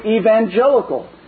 evangelical